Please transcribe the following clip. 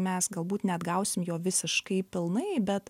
mes galbūt neatgausim jo visiškai pilnai bet